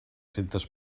centes